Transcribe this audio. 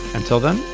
until then,